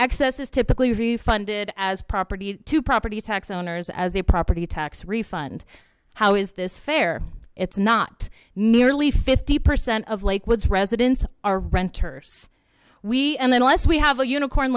excess is typically refunded as property to property tax owners as a property tax refund how is this fair it's not nearly fifty percent of lake woods residents are renters we and unless we have a unicorn